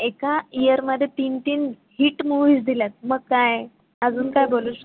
एका इअरमध्ये तीन तीन हिट मुव्हीज दिल्या आहेत मग काय अजून काय बोलू शक